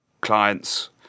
clients